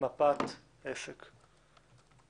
מפת עסק.